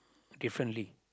differently